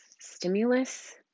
Stimulus